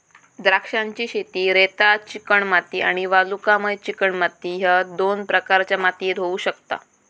द्राक्षांची शेती रेताळ चिकणमाती आणि वालुकामय चिकणमाती ह्य दोन प्रकारच्या मातीयेत होऊ शकता